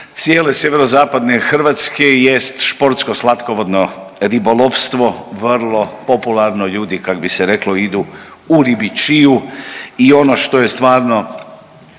cijele Sjeverozapadne Hrvatske jest sportsko slatkovodno ribolovstvo vrlo popularno ljudi kak bi se reklo ide u ribičiju i ono što je stvarno,